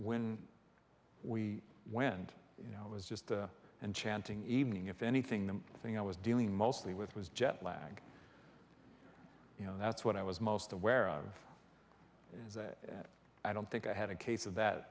when we went you know it was just and chanting evening if anything the thing i was dealing mostly with was jetlag you know that's what i was most aware of is that i don't think i had a case of that